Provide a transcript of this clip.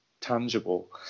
tangible